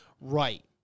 right